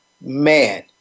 man